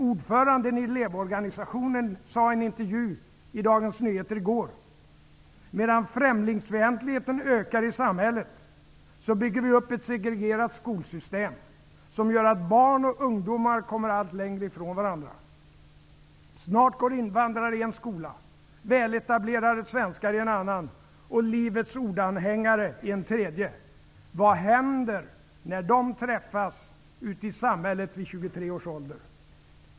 Ordföranden i Elevorganisationen sade i en intervju i Dagens Nyheter i går: ''Medan främlingsfientligheten ökar i samhället bygger vi upp ett segregerat skolsystem som gör att barn och ungdomar kommer allt längre från varandra. Snart går invandrare i en skola, väletablerade svenskar i en annan och Livets ord-anhängare i en tredje. Vad händer när de träffas ute i samhället vid 23 års ålder?''